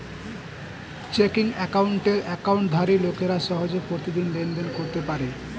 checking অ্যাকাউন্টের অ্যাকাউন্টধারী লোকেরা সহজে প্রতিদিন লেনদেন করতে পারে